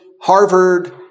Harvard